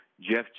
Jeff